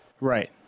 Right